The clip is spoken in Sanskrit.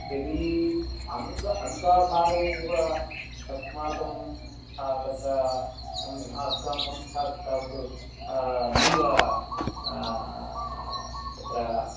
यदि अङ्क अङ्काधारेणैव अस्माकं ता तत्र सम् आस्माकं संस्था तावत् नैव तत्र